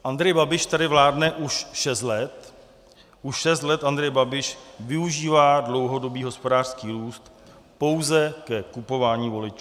Andrej Babiš tady vládne už šest let, už šest let Andrej Babiš využívá dlouhodobý hospodářský růst pouze ke kupování voličů.